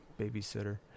babysitter